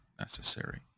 necessary